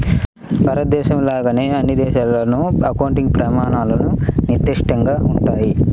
భారతదేశంలో లాగానే అన్ని దేశాల్లోనూ అకౌంటింగ్ ప్రమాణాలు నిర్దిష్టంగా ఉంటాయి